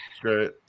Great